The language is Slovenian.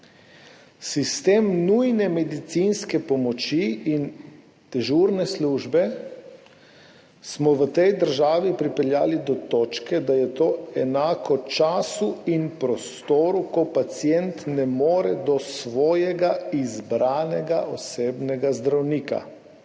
Sistem nujne medicinske pomoči in dežurne službe smo v tej državi pripeljali do točke, da je to enako času in prostoru, ko pacient ne more do svojega izbranega osebnega zdravnika.